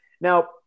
Now